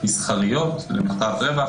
מסחריות למטרת רווח.